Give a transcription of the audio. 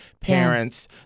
parents